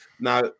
Now